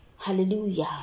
hallelujah